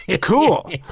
cool